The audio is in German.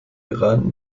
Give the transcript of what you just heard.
iran